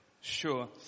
Sure